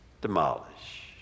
demolish